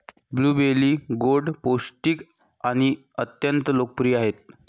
blueberry गोड, पौष्टिक आणि अत्यंत लोकप्रिय आहेत